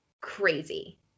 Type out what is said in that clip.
crazy